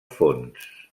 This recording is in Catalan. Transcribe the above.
fons